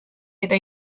eta